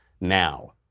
now